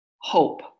hope